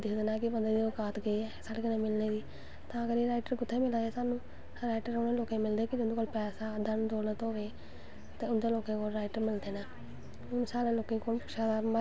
थोह्ड़ा बध्द रक्खनां पौंदा हर चीज़ च ते हर चीज़ बद्द रक्खनां पौंदां ते कपड़ा बंदा बंदे मन लाईयै कोई बी कम्म करनां होऐ कोई बी कम्म करोई कम्म मुश्कल नी हर कम्म अच्चा होंदा ऐ